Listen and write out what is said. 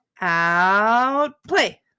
Outplay